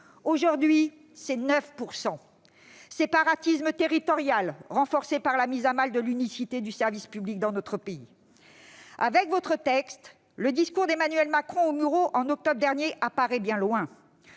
aujourd'hui -, séparatisme territorial, renforcé par la mise à mal de l'unicité du service public dans notre pays. Avec votre texte, le discours prononcé par Emmanuel Macron aux Mureaux en octobre dernier paraît bien loin.